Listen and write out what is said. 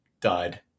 died